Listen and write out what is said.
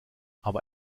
aber